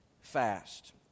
fast